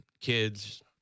kids